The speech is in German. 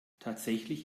tatsächlich